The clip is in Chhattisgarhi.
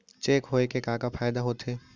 चेक होए के का फाइदा होथे?